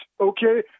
okay